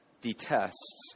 detests